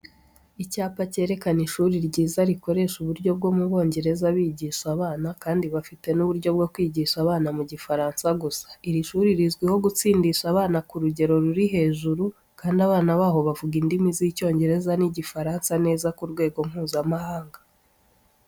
Icyapa cyerekana ishuri ryiza rikoresha uburyo bwo mu Bongereza bigisha abana, kandi bafite n'uburyo bwo kwigisha abana mu Gifaransa gusa. Iri shuri rizwiho gutsindisha abana ku rugero ruri hejuru, kandi abana baho bavuga indimi z'Icyongereza n'Igifaransa neza ku rwego Mpuzamahanga.